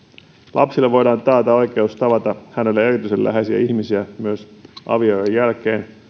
lapselle voidaan taata oikeus tavata hänelle erityisen läheisiä ihmisiä myös avioeron jälkeen